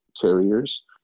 carriers